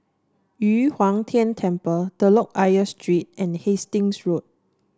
Yu Huang Tian Temple Telok Ayer Street and Hastings Road